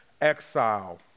exile